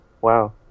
Wow